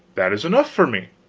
that is enough for me,